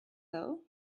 though